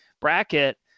bracket